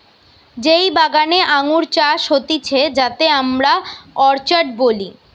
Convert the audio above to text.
যেই বাগানে আঙ্গুর চাষ হতিছে যাতে আমরা অর্চার্ড বলি